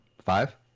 five